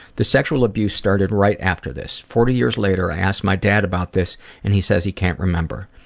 the sexual abuse started right after this. forty years later, i ask my dad about this and he says he can't remember.